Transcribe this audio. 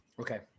Okay